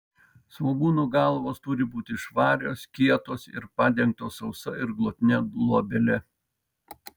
svogūnų galvos turi būti švarios kietos ir padengtos sausa ir glotnia luobele